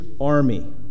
army